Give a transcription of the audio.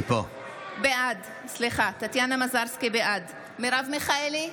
בעד מרב מיכאלי,